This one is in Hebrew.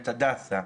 ואת הדסה.